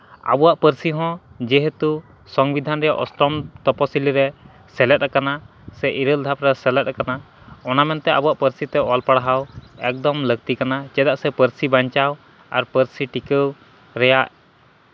ᱟᱵᱚᱣᱟᱜ ᱯᱟᱹᱨᱥᱤ ᱦᱚᱸ ᱡᱮᱦᱮᱛᱩ ᱥᱚᱝᱵᱤᱫᱷᱟᱱ ᱨᱮᱭᱟᱜ ᱚᱥᱴᱚᱢ ᱛᱚᱯᱚᱥᱤᱞᱤ ᱨᱮ ᱥᱮᱞᱮᱫ ᱟᱠᱟᱱᱟ ᱥᱮ ᱤᱨᱟᱹᱞ ᱫᱷᱟᱯ ᱨᱮ ᱥᱮᱞᱮᱫ ᱠᱟᱱᱟ ᱚᱱᱟ ᱢᱮᱱᱛᱮ ᱟᱵᱚᱣᱟᱜ ᱯᱟᱹᱨᱥᱤ ᱛᱮ ᱚᱞ ᱯᱟᱲᱦᱟᱣ ᱮᱠᱫᱚᱢ ᱞᱟᱹᱠᱛᱤ ᱠᱟᱱᱟ ᱪᱮᱫᱟᱜ ᱥᱮ ᱯᱟᱹᱨᱥᱤ ᱵᱟᱧᱪᱟᱣ ᱟᱨ ᱯᱟᱹᱨᱥᱤ ᱴᱤᱠᱟᱹᱣ ᱨᱮᱭᱟᱜ